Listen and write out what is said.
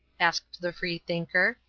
asked the free-thinker.